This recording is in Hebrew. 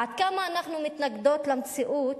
עד כמה אנחנו מתנגדות למציאות,